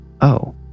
Oh